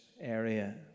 area